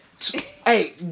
Hey